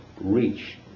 reach